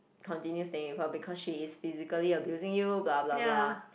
continuing staying with her because she is physically abusing you blah blah blah